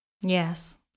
Yes